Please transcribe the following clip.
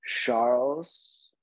Charles